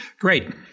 great